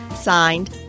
Signed